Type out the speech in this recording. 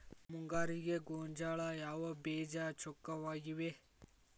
ಮುಂಗಾರಿಗೆ ಗೋಂಜಾಳ ಯಾವ ಬೇಜ ಚೊಕ್ಕವಾಗಿವೆ?